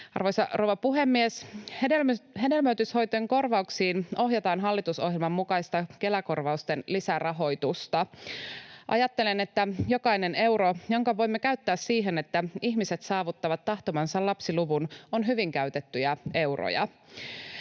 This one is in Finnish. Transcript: Arvoisa rouva puhemies! Hedelmöityshoitojen korvauksiin ohjataan hallitusohjelman mukaista Kela-korvausten lisärahoitusta. Ajattelen, että jokainen euro, jonka voimme käyttää siihen, että ihmiset saavuttavat tahtomansa lapsiluvun, on hyvin käytetty euro.